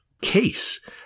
case